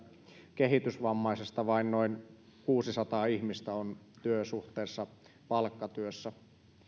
kehitysvammaisesta vain noin kuusisataa ihmistä on työsuhteessa palkkatyössä